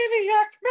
maniac